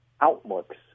outlooks